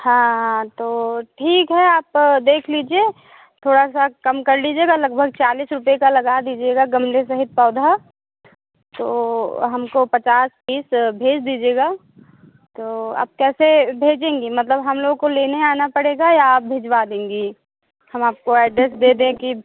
हाँ हाँ तो ठीक है आप देख लीजिए थोड़ा सा कम कर लीजिएगा लगभग चालीस रुपये का लगा दीजिएगा गमले सहित पौधा तो हमको पचास पीस भेज़ दीजिएगा तो आप कैसे भेजेंगी मतलब हम लोगों को लेने आना पड़ेगा या आप भिजवा देंगी हम आपको एड्रेस दे दें कि